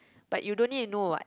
but you don't need know what